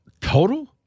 Total